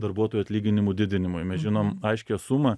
darbuotojų atlyginimų didinimui mes žinom aiškią sumą